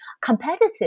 competitive